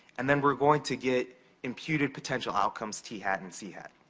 and then, we're going to get imputed potential outcomes t hat and c hat.